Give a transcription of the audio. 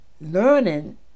learning